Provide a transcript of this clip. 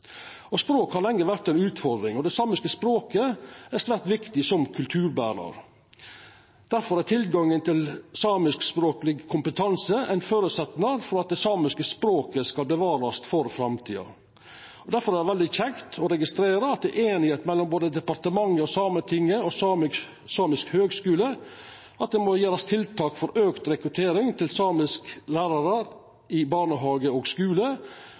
prioritering. Språk har lenge vore ei utfordring. Dei samiske språka er svært viktige som kulturberarar. Tilgang på samiskspråkleg kompetanse er ein føresetnad for at dei samiske språka skal bevarast for framtida. Difor er det veldig kjekt å registrera at det er einigheit mellom departementet, Sametinget og Samisk høgskole om at det må tiltak til for auka rekruttering av samiske lærarar i barnehage og skule,